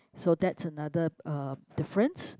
so that's another uh difference